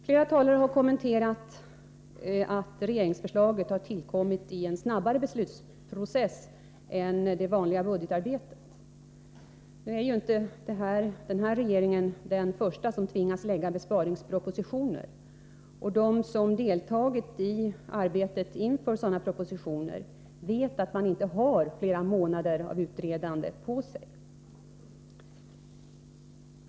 Flera talare har kommenterat det förhållandet, att regeringsförslaget har tillkommit genom en snabbare beslutsprocess än vad som gäller för det vanliga budgetarbetet. Nu är ju inte den här regeringen den första som tvingas lägga fram besparingspropositioner, och de som deltagit i arbetet inför sådana propositioner vet att det inte står flera månader till förfogande för utredningsarbete.